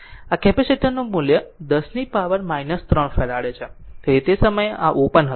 અને કેપેસિટર મૂલ્ય 10 power 3 farad છે તેથી તે સમયે આ ઓપન હતું